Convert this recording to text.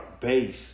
base